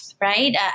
right